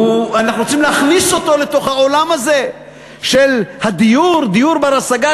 אנחנו רוצים להכניס אותו לתוך העולם הזה של דיור בר-השגה,